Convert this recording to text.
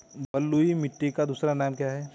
बलुई मिट्टी का दूसरा नाम क्या है?